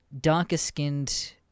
darker-skinned